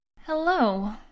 Hello